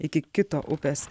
iki kito upės